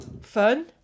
fun